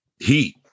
heat